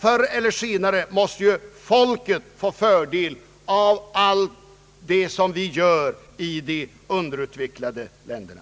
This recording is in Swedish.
Förr eller senare måste ju folket få fördel av allt vi gör i de underutvecklade länderna.